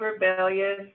rebellious